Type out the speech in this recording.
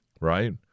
right